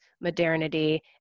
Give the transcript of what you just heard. modernity